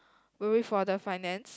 worry for the finance